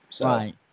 Right